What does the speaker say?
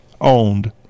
owned